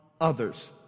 others